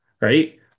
right